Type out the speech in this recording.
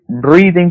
breathing